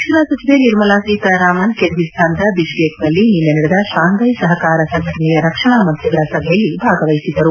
ರಕ್ಷಣಾ ಸಚಿವೆ ನಿರ್ಮಲಾ ಸೀತಾರಾಮನ್ ಕಿರ್ಗಿಸ್ಲಾನದ ಬಿಷ್ಲೇಕ್ನಲ್ಲಿ ನಿನ್ನೆ ನಡೆದ ಶಾಂಫೈ ಸಹಕಾರ ಸಂಘಟನೆಯ ರಕ್ಷಣಾ ಮಂತ್ರಿಗಳ ಸಭೆಯಲ್ಲಿ ಭಾಗವಹಿಸಿದ್ದರು